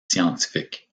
scientifiques